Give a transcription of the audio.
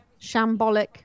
shambolic